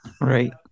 Right